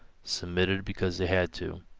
submitted because they had to.